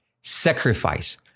Sacrifice